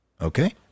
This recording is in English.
Okay